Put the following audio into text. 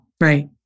right